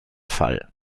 fall